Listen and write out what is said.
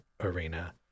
arena